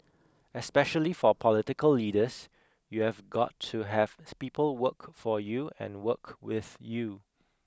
especially for political leaders you've got to have the people work for you and work with you